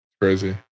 Crazy